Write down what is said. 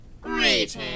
Greetings